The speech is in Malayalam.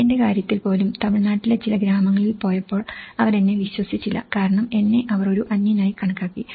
എന്റെ കാര്യത്തിൽപോലും തമിഴ്നാട്ടിലെ ചില ഗ്രാമങ്ങളിൽ പോയപ്പോൾ അവർ എന്നെ വിശ്വസിച്ചില്ല കാരണം എന്നെ അവർ ഒരു അന്യനായി കണക്കാക്കി